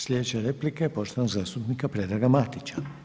slijedeća replika je poštovanog zastupnika Predraga Matića.